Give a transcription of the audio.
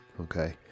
okay